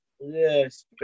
Yes